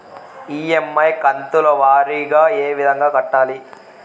EMI కంతుల వారీగా ఏ విధంగా కట్టాలి